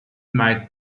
might